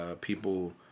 people